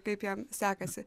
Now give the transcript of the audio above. kaip jam sekasi